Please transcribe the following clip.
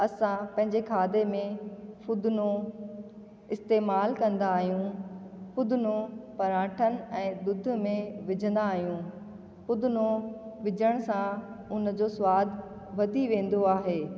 असां पंहिंजे खाधे में फूदिनो इस्तमालु कंदा आहियूं फूदिनो पराठनि ऐं ॾुध में विझंदा आहियूं फूदिनो विझण सां उन जो सवादु वधी वेंदो आहे